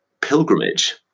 pilgrimage